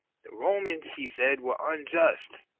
the romans, he said, were unjust,